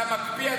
אתה מקפיא?